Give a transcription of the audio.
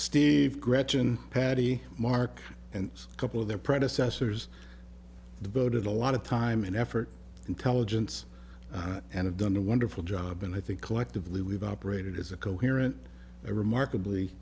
steve gretchen patty mark and a couple of their predecessors devoted a lot of time and effort intelligence and have done a wonderful job and i think collectively we've operated as a coherent